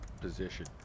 position